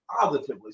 positively